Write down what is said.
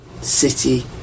city